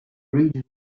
region